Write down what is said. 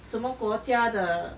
什么国家的